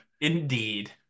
indeed